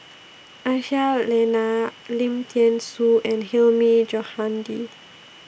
Aisyah Lyana Lim Thean Soo and Hilmi Johandi